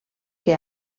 que